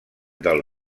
del